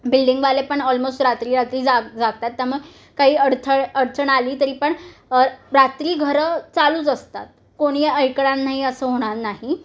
बिल्डिंगवाले पण ऑलमोस्ट रात्री रात्री जाग जागतात त्यामुळे काही अडथळ अडचण आली तरी पण रात्री घरं चालूच असतात कोणी ऐकणार नाही असं होणार नाही